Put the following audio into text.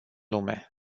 lume